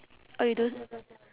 oh you don't